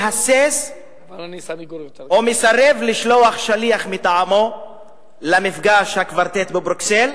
מהסס או מסרב לשלוח שליח מטעמו למפגש הקוורטט בבריסל,